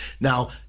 Now